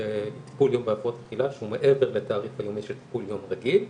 לטיפול יום בהפרעות אכילה שהוא מעבר לתעריף היומי של טיפול יום רגיל.